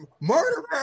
Murderer